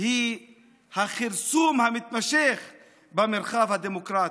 היא הכרסום המתמשך במרחב הדמוקרטי.